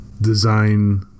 design